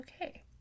okay